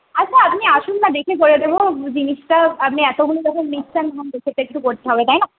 আচ্ছা আপনি আসুন না দেখে করে দেবো জিনিসটা আপনি এতগুলো যখন নিচ্ছেন তখন দেখে তো একটু করতে হবে তাই না